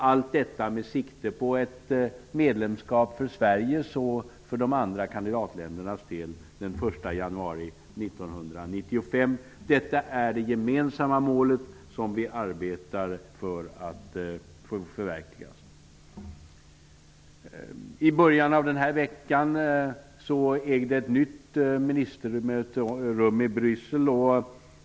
Allt detta är med sikte på ett medlemskap för Sverige och för de andra kandidatländerna den 1 januari 1995. Detta är det gemensamma mål vi arbetar för att förverkliga. I början av denna vecka ägde ett nytt ministermöte rum i Bryssel.